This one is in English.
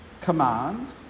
command